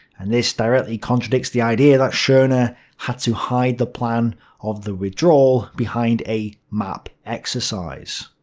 and this directly contradicts the idea that schorner had to hide the plan of the withdrawal behind a map exercise.